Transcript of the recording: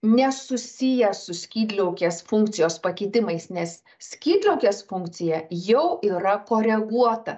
nesusiję su skydliaukės funkcijos pakitimais nes skydliaukės funkcija jau yra koreguota